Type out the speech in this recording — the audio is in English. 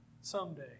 Someday